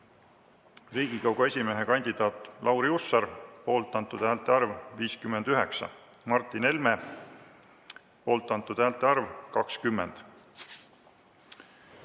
Riigikogu esimehe kandidaadi Lauri Hussari poolt antud häälte arv: 59. Martin Helme poolt antud häälte arv: 20.